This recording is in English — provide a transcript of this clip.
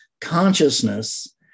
consciousness